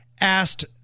asked